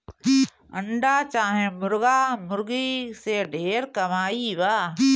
अंडा चाहे मुर्गा मुर्गी से ढेर कमाई बा